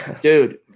Dude